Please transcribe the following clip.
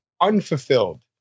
unfulfilled